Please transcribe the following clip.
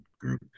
group